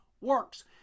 works